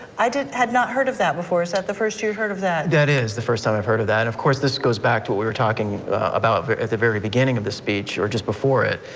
i had not heard of that before is that the first you've heard of that? that is the first time i've heard of that of course this goes back to what we were talking about at the very beginning of the speech or just before it,